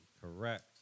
Correct